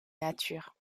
nature